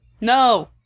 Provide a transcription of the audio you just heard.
No